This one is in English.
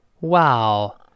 Wow